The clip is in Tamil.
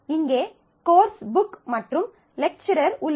இங்கே கோர்ஸ் புக் மற்றும் லெக்சரர் உள்ளது